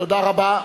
תודה רבה.